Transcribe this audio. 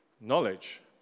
knowledge